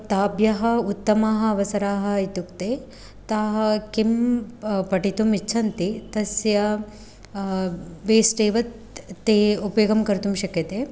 ताभ्यः उत्तमाः अवसराः इत्युक्ते ताः किं पठितुम् इच्छन्ति तस्य बेस्डेव ते उपयोगं कर्तुं शक्यते